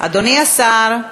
אדוני השר.